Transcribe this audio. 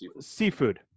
seafood